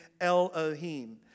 Elohim